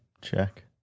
check